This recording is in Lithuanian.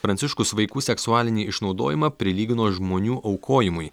pranciškus vaikų seksualinį išnaudojimą prilygino žmonių aukojimui